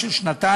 המוסמכת,